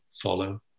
follow